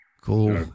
cool